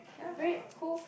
great cool